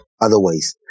Otherwise